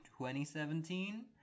2017